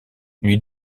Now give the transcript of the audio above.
lui